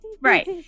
Right